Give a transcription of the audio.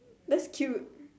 that's cute